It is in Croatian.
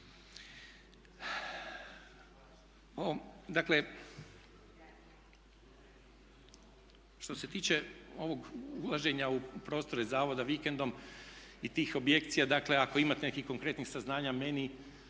Dakle, što se tiče ovog ulaženja u prostore zavoda vikendom i tih objekcija dakle ako imate nekih konkretnih saznanja meni,